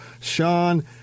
Sean